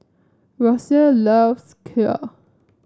Rocio loves Kheer